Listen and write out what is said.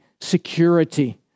security